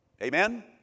Amen